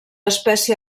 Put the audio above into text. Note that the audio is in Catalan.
espècie